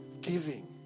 giving